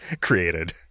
created